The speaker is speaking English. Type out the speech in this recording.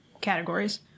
categories